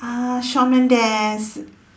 uh Shawn Mendes